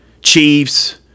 chiefs